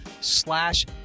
slash